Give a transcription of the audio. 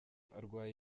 arwaye